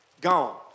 gone